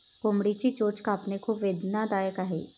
कोंबडीची चोच कापणे खूप वेदनादायक आहे